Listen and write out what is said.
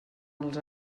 els